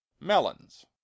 Melons